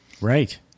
Right